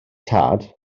tad